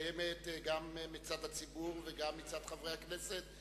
שקיימת גם מצד הציבור וגם מצד חברי הכנסת,